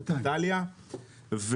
זאת איטליה,